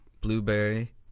Blueberry